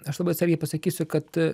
aš labai atsargiai pasakysiu kad